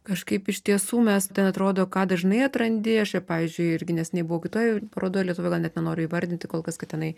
kažkaip iš tiesų mes ten atrodo ką dažnai atrandi aš pavyzdžiui irgi neseniai buvau kitoj parodoj lietuvoj gal net nenoriu įvardinti kol kas kad tenai